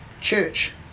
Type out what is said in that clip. church